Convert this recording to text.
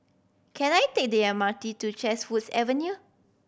can I take the M R T to Chatsworth Avenue